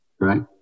right